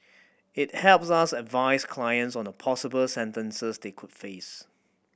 it helps us advise clients on the possible sentences they could face